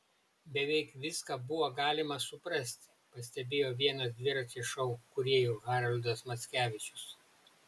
beveik viską buvo galima suprasti pastebėjo vienas dviračio šou kūrėjų haroldas mackevičius